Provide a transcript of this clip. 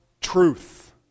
truth